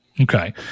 okay